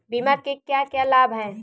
बीमा के क्या क्या लाभ हैं?